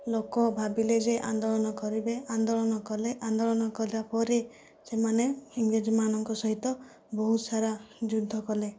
ଲୋକ ଭାବିଲେ ଯେ ଆନ୍ଦୋଳନ କରିବେ ଆନ୍ଦୋଳନ କଲେ ଆନ୍ଦୋଳନ କଲାପରେ ସେମାନେ ଇଂରେଜମାନଙ୍କ ସହିତ ବହୁତ ସାରା ଯୁଦ୍ଧ କଲେ